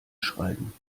schreiben